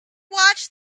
watched